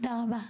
תודה רבה.